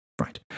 Right